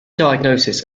diagnosis